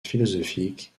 philosophiques